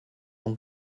und